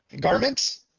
garments